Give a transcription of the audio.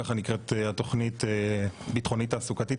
ככה נקראת התכנית ביטחונית תעסוקתית.